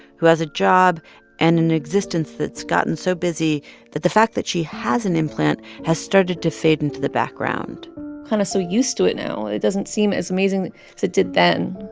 who has a job and an existence that's gotten so busy that the fact that she has an implant has started to fade into the background kind of so used to it now, it doesn't seem as amazing as so it did then.